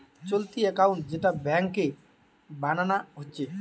চলতি একাউন্ট যেটা ব্যাংকে বানানা হচ্ছে